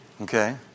Okay